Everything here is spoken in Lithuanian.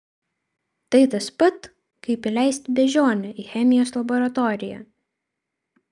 tai tas pat kaip įleisti beždžionę į chemijos laboratoriją